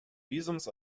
visums